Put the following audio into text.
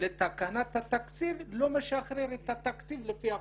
לתקנת התקציב לא משחרר את התקציב לפי החוק?